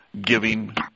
giving